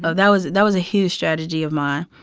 ah that was that was a huge strategy of mine.